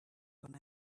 gone